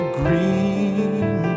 green